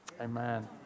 Amen